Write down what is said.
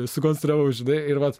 sukonstravau žinai